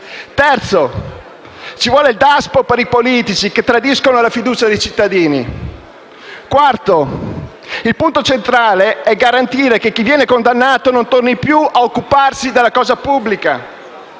"ci vuole il DASPO per i politici che tradiscono la fiducia dei cittadini". "Il punto centrale è garantire che chi viene condannato non torni più a occuparsi della cosa pubblica".